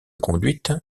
conduite